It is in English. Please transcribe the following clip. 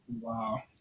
Wow